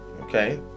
Okay